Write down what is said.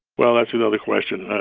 well, that's another question.